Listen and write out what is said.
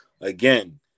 again